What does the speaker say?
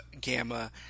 Gamma